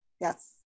Yes